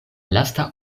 lasta